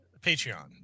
Patreon